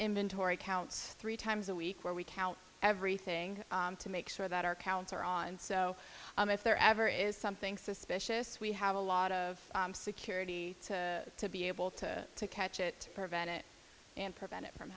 inventory counts three times a week where we count everything to make sure that our counts are on so if there ever is something suspicious we have a lot of security to be able to to catch it prevent it and prevent it from